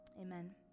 Amen